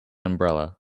umbrella